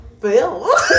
Bill